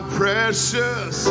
precious